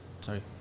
Sorry